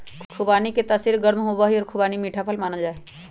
खुबानी के तासीर गर्म होबा हई और खुबानी मीठा फल मानल जाहई